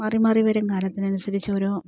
മാറിമാറിവരും കാലത്തിനുസരിച്ചോരോ